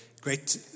great